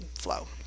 flow